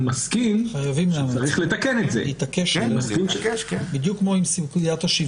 אני בהחלט מסכים שצריך לתקן את זה וכך חשבתי כבר מלכתחילה